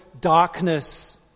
darkness